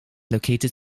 located